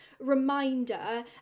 reminder